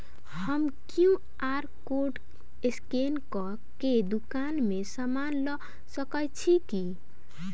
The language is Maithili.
हम क्यू.आर कोड स्कैन कऽ केँ दुकान मे समान लऽ सकैत छी की?